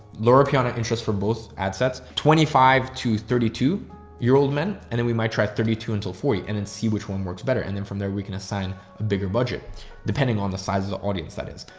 loro piana interest for both ad sets, twenty five to thirty two year old men and then we might try thirty two until forty and then and see which one works better. and then from there we can assign a bigger budget depending on the size of the audience that is.